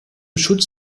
schutz